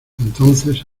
entonces